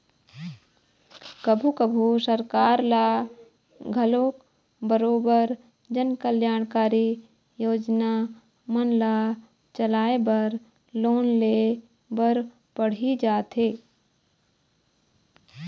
कभू कभू सरकार ल घलोक बरोबर जनकल्यानकारी योजना मन ल चलाय बर लोन ले बर पड़ही जाथे